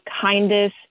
kindness